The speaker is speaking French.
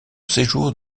séjour